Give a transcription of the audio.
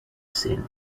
scene